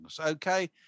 Okay